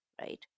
right